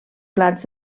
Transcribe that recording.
plats